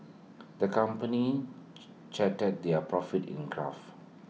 the company charted their profits in A graph